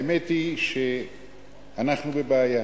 האמת היא שאנחנו בבעיה.